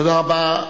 תודה רבה.